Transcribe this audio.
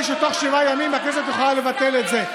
שבתוך שבעה ימים הכנסת יכולה לבטל את זה.